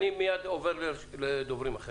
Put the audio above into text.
גם לי יש שאלה.